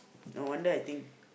no wonder I think